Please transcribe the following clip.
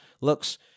looks